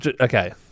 Okay